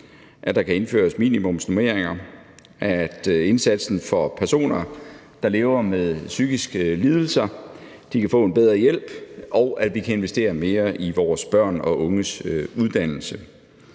at der kan indføres minimumsnormeringer, at personer, der lever med psykiske lidelser, kan få en bedre hjælp, og at vi kan investere mere i vores børn og unges uddannelse.